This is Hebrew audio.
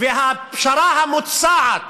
הפשרה המוצעת